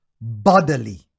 bodily